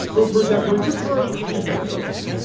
room for a temperature peru. and thanks for listening